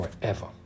forever